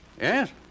Yes